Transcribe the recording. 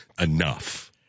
enough